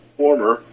former